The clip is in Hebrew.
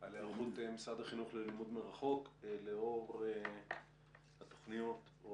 על היערכות משרד החינוך ללימוד מרחוק לאור התוכניות או